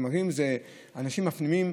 אנשים מפנימים,